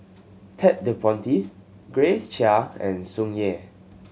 Ted De Ponti Grace Chia and Tsung Yeh